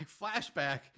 flashback